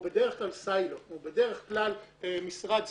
והוא בדרך כלל silo, הוא בדרך כלל משרד ספציפי.